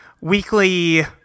weekly